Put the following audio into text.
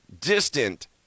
Distant